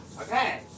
Okay